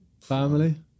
Family